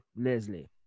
Leslie